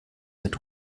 mit